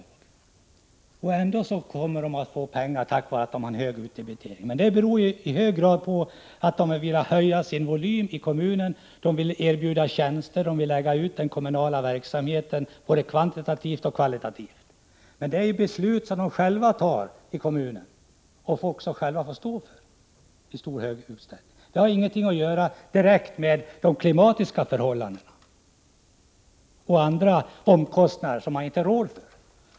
Men tack vare att de har en hög utdebitering kommer de ändå att få pengar. Att dessa kommuner har en hög utdebitering beror i hög grad på att de vill öka sin volym. De vill erbjuda tjänster och vill utöka den kommunala verksamheten, både kvantitativt och kvalitativt. Men detta är ju beslut som kommunerna själva har fattat och som de i stor utsträckning själva får stå för. Detta har emellertid ingenting att göra med högre omkostnader på grund av klimatiska förhållanden eller annat som man inte rår för.